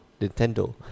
Nintendo